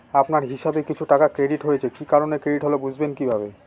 আপনার হিসাব এ কিছু টাকা ক্রেডিট হয়েছে কি কারণে ক্রেডিট হল বুঝবেন কিভাবে?